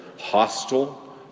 hostile